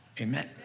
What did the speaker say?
Amen